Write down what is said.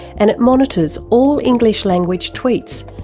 and it monitors all english-language tweets,